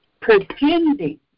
pretending